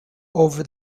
over